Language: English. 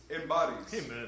embodies